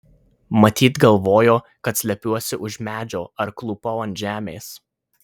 matyt galvojo kad slepiuosi už medžio ar klūpau ant žemės